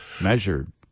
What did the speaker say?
measured